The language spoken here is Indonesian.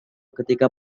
ketika